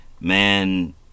man